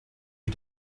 you